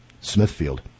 Smithfield